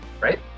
right